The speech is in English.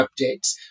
updates